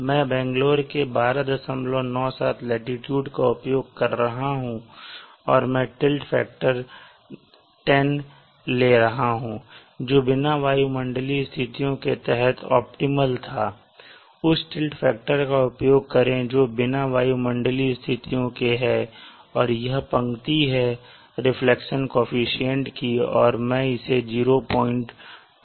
मैं बैंगलोर के 1297 लाटीट्यूड का उपयोग कर रहा हूं और मैं टिल्ट फैक्टर 10 दे रहा हूं जो बिना वायुमंडलीय स्थितियों के तहत ऑप्टिमल था उस टिल्ट फैक्टर का उपयोग करें जो बिना वायुमंडलीय स्थितियों के है और यह पंक्ति है रिफ्लेक्शन कोअफिशन्ट की और मैं इसे 02 ले रहा हूं